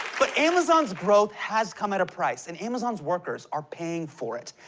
but amazon's growth has come at a price, and amazon's workers are paying for it.